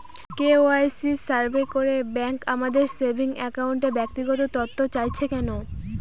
KYC survey করে bank আমাদের saving অ্যাকাউন্টের ব্যক্তিগত তথ্য চাইছে কেন?